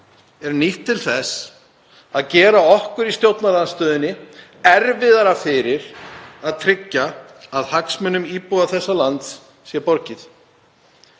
er nýtt til þess að gera okkur í stjórnarandstöðunni erfiðara fyrir að tryggja að hagsmunum íbúa þessa lands sé borgið.